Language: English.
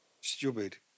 stupid